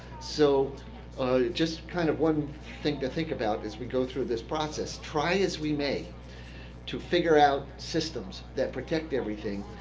so just kind of one thing to think about as we go through this process, try as we may to figure out systems that protect everything,